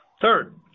Third